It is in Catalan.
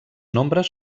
nombres